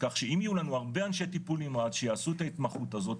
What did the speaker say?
כך שאם יהיו לנו הרבה אנשי טיפול נמרץ שיעשו את ההתמחות הזאת,